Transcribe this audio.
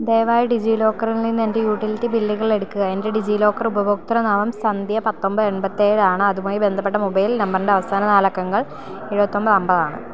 ദയവായി ഡിജിലോക്കറിൽ നിന്ന് എൻ്റെ യൂട്ടിലിറ്റി ബില്ലുകൾ എടുക്കുക എൻ്റെ ഡിജിലോക്കർ ഉപഭോക്തൃനാമം സന്ധ്യ പത്തൊമ്പത് എൺപ്പത്തിയേഴാണ് അതുമായി ബന്ധപ്പെട്ട മൊബൈൽ നമ്പറിൻ്റെ അവസാന നാലക്കങ്ങൾ എഴുപത്തിയൊമ്പത് അമ്പതാണ്